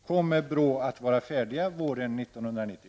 Kommer BRÅ att vara färdig våren 1990?